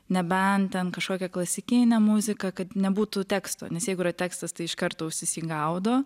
nebent ten kažkokia klasikinė muzika kad nebūtų teksto nes jeigu yra tekstas tai iš karto ausis jį gaudo